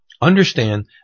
understand